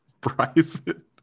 Bryson